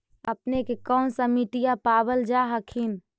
अपने के कौन सा मिट्टीया पाबल जा हखिन?